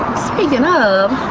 speaking of,